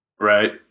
right